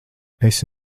esi